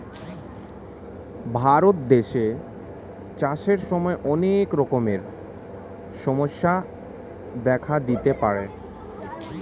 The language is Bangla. ভারত দেশে চাষের সময় অনেক রকমের সমস্যা দেখা দিতে পারে